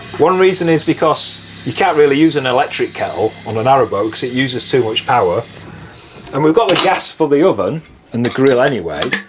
one reason is because you can't really use an electric kettle on a narrowboat it uses too much power and we've got the gas for the oven and the grill anyway.